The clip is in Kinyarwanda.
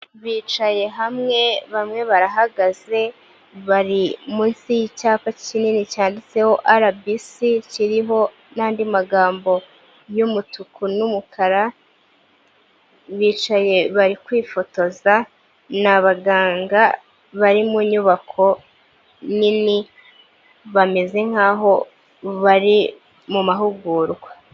Bicaye hamwe, bamwe barahagaze, bari munsi yicyapa kinini cyanditseho RBC, kiriho n'andi magambo y'umutuku n'umukara, bicaye bari kwifotoza, ni abaganga bari mu nyubako nini, bameze nkaho bari mu mahugurwa.